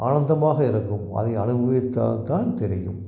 ஆனந்தமாக இருக்கும் அதை அனுபவித்தால் தான் தெரியும்